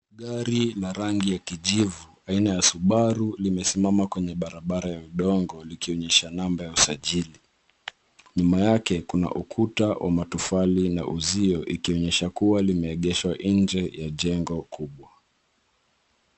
Gari la rangi ya kijivu aina ya Subaru limesimama kwenye barabara ya udongo likionyesha namba ya usajili. Nyuma yake kuna ukuta wa matofali na uzio ikionyesha kuwa limeegeshwa nje ya jengo kubwa.